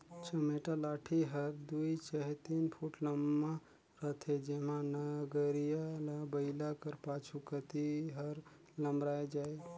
चमेटा लाठी हर दुई चहे तीन फुट लम्मा रहथे जेम्हा नगरिहा ल बइला कर पाछू कती हर लमराए जाए